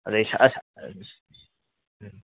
ꯑꯗꯩ ꯎꯝ